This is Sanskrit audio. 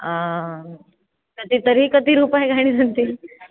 आं कति तर्हि कति रूपयकाणि सन्ति